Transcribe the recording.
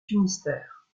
finistère